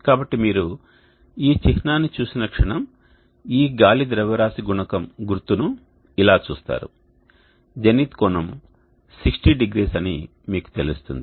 కాబట్టి మీరు ఈ చిహ్నాన్ని చూసిన క్షణం ఈ గాలి ద్రవ్యరాశి గుణకం గుర్తును ఇలా చూస్తారు జెనిత్ కోణం 600 అని మీకు తెలుస్తుంది